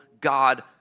God